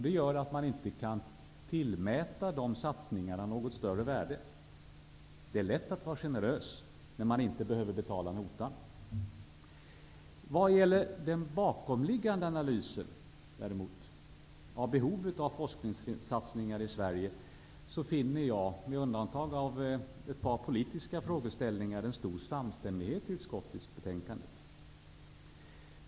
Det gör att man inte kan tillmäta sådana satsningar något större värde. Det är lätt att vara generös när man inte behöver betala notan. Vad gäller den bakomliggande analysen av behovet av forskningssatsningar i Sverige finner jag, med undantag av ett par politiska frågeställningar, en stor samstämmighet i utskottsbetänkandet.